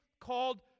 called